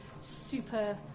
super